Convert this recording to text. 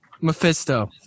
Mephisto